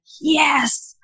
yes